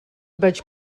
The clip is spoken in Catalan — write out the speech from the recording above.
vaig